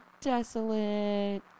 desolate